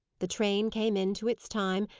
the train came in to its time,